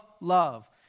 love